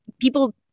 people